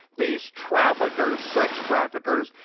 these traffickers, sex traffickers,